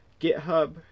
GitHub